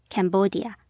Cambodia